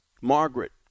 Margaret